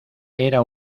era